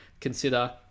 consider